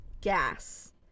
gas